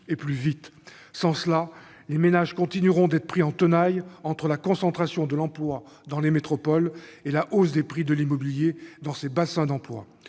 Sans cela, les ménages continueront d'être pris en tenaille entre la concentration de l'emploi dans les métropoles et la hausse des prix de l'immobilier dans ces bassins d'emploi.